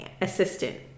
assistant